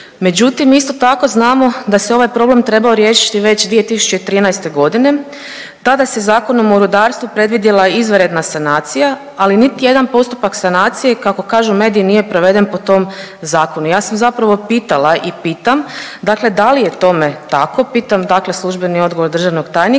Međutim, isto tako znamo da se ovaj problem trebao riješiti već 2013. g., tada se Zakonom o rudarstvu predvidjela izvanredna sanacija, ali niti jedan postupak sanacije, kako kažu mediji, nije proveden po tom Zakonu. Ja sam zapravo pitala i pitam, dakle da li je tome tako, pitam dakle službeni odgovor državnog tajnika,